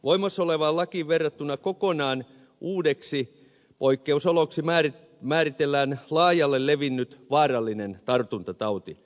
voimassa olevaan lakiin verrattuna kokonaan uudeksi poikkeusoloksi määritellään laajalle levinnyt vaarallinen tartuntatauti